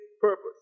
purpose